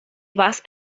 vas